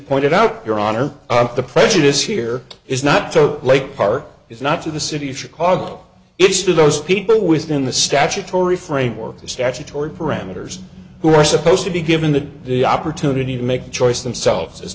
pointed out your honor the prejudice here is not to lake park it's not to the city of chicago it's to those people within the statutory framework of statutory parameters who are supposed to be given the opportunity to make the choice themselves as